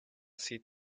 seat